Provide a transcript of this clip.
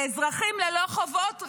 לאזרחים ללא חובות,